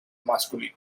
masculine